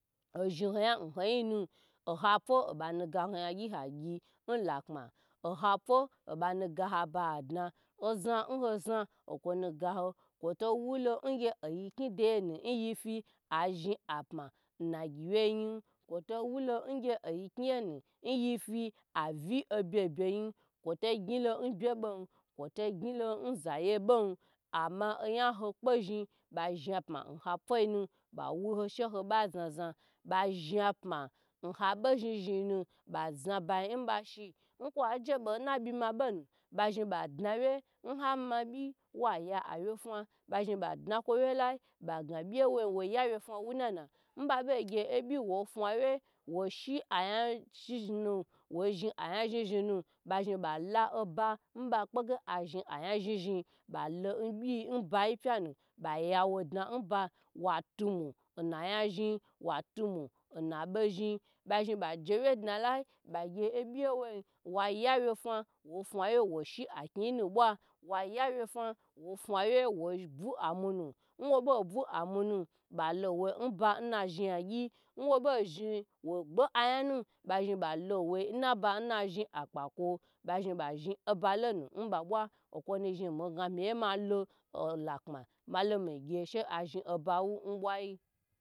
Hozhni ho nyi n ho nyi nu o hapo o banu gaho yagye hagyi n lakpma o hapo o banu gaho hagna o zha n hozha okonu gaho koto wulo n gyi ayi knyi degye nu n yifyi i zhni apma na gyiwyi koto wulo n gye yinye yenu n yifi i vyi abyebye nyi koto gyelo n bye bom koto gyelo n zaye bom ama onye hokpo zhni ba zhni pma n ha pwyi nu bawu ho shi hoba zhna zhna bazhni pma n habo zhnizhni nu ba znaba nyi n ba she n kwa jebe n na byi mabo nu b‎azhni ba dna wyi n hamabyi waya awyefna bazhni bo dna kowyi lai bagna byiye wo ya wye fya wunana n babo gyi bye woi fwna wye wo shi anyi zhni zhni nu ba zhni bala oba n bakpa gye a zhni anye zhni balo n bye n ba wa tumu n na nya zhni wa tumu n nabo zhni ba zhni baje wye gna lai bagye abye ye woin waya wye fya woi shi anyinu bo waya wye fya woi bu amunu n wobo bu amunu balowo oba n nazhni nyagye n wobo zhni wo gbe anyanu bazhni balo woi n na bana zhni akpako ba zhni ba zhni oba lonu n babwa okonu zhni meyi gya meye malo olakpma malo megye she bazhni oba wu